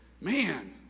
Man